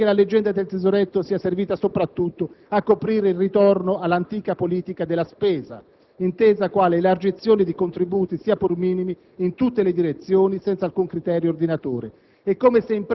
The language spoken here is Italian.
L'impressione è che la leggenda del tesoretto sia servita soprattutto a coprire il ritorno all'antica politica della spesa: intesa quale elargizione di contributi (sia pur minimi) in tutte le direzioni, senza alcun criterio ordinatore.